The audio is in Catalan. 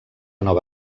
nova